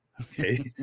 Okay